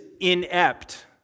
inept